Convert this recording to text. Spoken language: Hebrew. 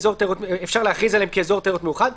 אפשר להכריז עליהם כאזור תיירות מיוחד,